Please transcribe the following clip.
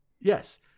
Yes